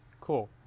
Cool